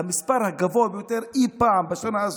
המספר הגבוה ביותר אי פעם בשנה הזאת.